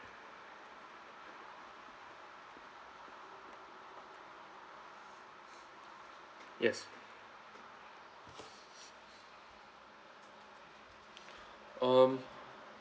yes um